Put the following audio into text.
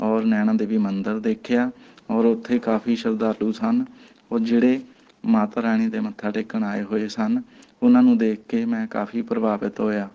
ਔਰ ਨੈਣਾ ਦੇਵੀ ਮੰਦਰ ਦੇਖਿਆ ਔਰ ਉੱਥੇ ਕਾਫ਼ੀ ਸ਼ਰਧਾਲੂ ਸਨ ਔਰ ਜਿਹੜੇ ਮਾਤਾ ਰਾਣੀ ਦੇ ਮੱਥਾ ਟੇਕਣ ਆਏ ਹੋਏ ਸਨ ਉਹਨਾਂ ਨੂੰ ਦੇਖ ਕੇ ਮੈਂ ਕਾਫੀ ਪ੍ਰਭਾਵਿਤ ਹੋਇਆ